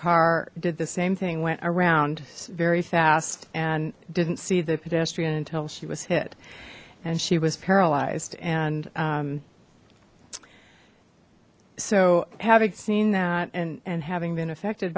car did the same thing went around very fast and didn't see the pedestrian until she was hit and she was paralyzed and so having seen that and and having been affected